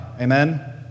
amen